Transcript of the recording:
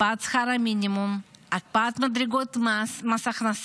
הקפאת שכר המינימום, הקפאת מדרגות מס הכנסה,